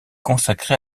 consacré